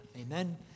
Amen